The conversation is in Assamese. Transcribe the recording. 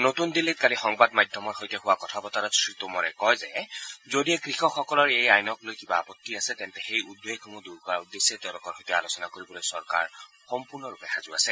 নতুন দিল্লীত কালি সংবাদ মাধ্যমৰ সৈতে হোৱা কথাবতৰাত শ্ৰীটোমৰে কয় যে যদিহে কৃষকসকলৰ এই আইনক লৈ কিবা আপত্তি আছে তেন্তে সেই উদ্বেগসমূহ দূৰ কৰাৰ উদ্দেশ্যে তেওঁলোকৰ সৈতে আলোচনা কৰিবলৈ চৰকাৰ সম্পূৰ্ণৰূপে সাজু আছে